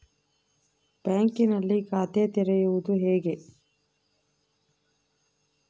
ಬ್ಯಾಂಕಿನಲ್ಲಿ ಖಾತೆ ತೆರೆಯುವುದು ಹೇಗೆ?